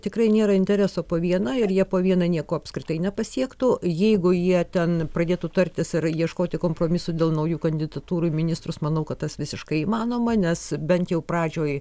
tikrai nėra intereso po vieną ir jie po vieną niekuo apskritai nepasiektų jeigu jie ten pradėtų tartis ar ieškoti kompromisų dėl naujų kandidatūrų į ministrus manau kad tas visiškai įmanoma nes bent jau pradžioj